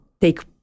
take